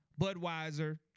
Budweiser